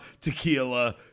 tequila